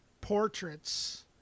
portraits